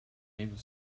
neighbor